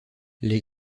les